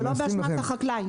וזה לא באשמת החקלאי.